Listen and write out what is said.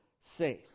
safe